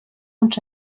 und